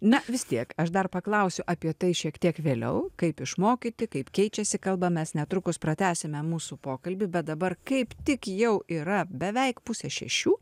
na vis tiek aš dar paklausiu apie tai šiek tiek vėliau kaip išmokyti kaip keičiasi kalba mes netrukus pratęsime mūsų pokalbį bet dabar kaip tik jau yra beveik pusė šešių